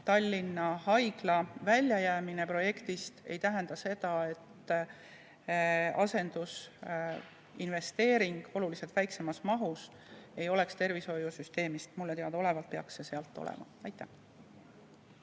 Tallinna Haigla väljajäämine projektist ei tähenda seda, et asendusinvesteering oluliselt väiksemas mahus ei oleks tervishoiusüsteemist. Mulle teadaolevalt peaks see sealt olema. Marek